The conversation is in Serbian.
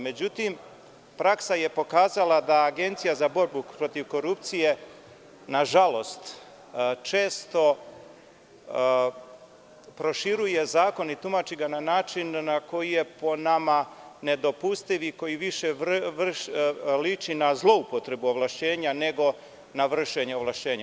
Međutim, praksa je pokazala da Agencija za borbu protiv korupcije nažalost često proširuje zakon i tumači ga na način koji je po nama nedopustiv i koji više liči na zloupotrebu ovlašćenja nego na vršenje ovlašćenja.